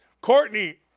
Courtney